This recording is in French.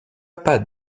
pas